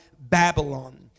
Babylon